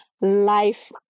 life